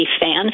fan